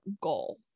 goal